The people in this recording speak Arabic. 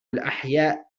الأحياء